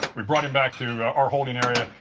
rebrought him back to our holder and area.